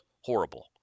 horrible